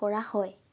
কৰা হয়